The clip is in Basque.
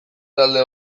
talde